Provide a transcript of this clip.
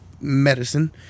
Medicine